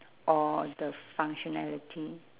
or the functionality